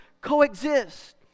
coexist